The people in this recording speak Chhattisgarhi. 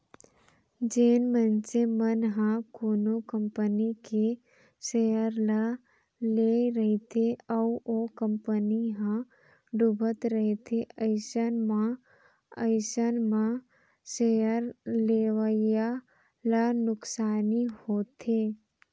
जेन मनसे मन ह कोनो कंपनी के सेयर ल लेए रहिथे अउ ओ कंपनी ह डुबत रहिथे अइसन म अइसन म सेयर लेवइया ल नुकसानी होथे